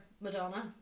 Madonna